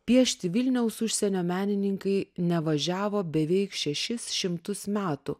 piešti vilniaus užsienio menininkai nevažiavo beveik šešis šimtus metų